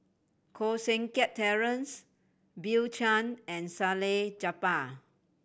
Koh Seng Kiat Terence Bill Chen and Salleh Japar